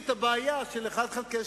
חבר הכנסת